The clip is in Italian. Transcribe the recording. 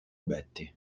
betty